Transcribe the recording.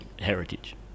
heritage